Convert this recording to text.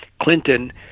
Clinton